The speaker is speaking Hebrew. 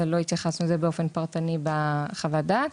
אבל לא התייחסנו לזה באופן פרטני בחוות הדעת.